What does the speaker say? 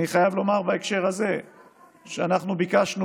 אני חייב לומר בהקשר הזה שאנחנו ביקשנו